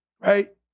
right